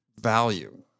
value